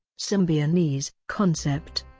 symbionese concept